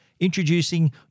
Introducing